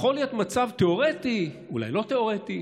יכול להיות מצב תיאורטי, אולי לא תיאורטי,